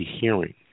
hearing